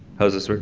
how's this, sir?